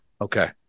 Okay